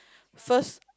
first